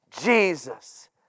Jesus